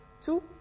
two